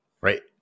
right